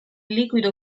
liquido